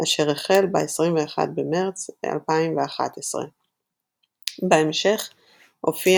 אשר החל ב-21 במרץ 2011. בהמשך הופיע